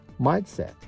mindset